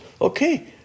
okay